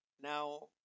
Now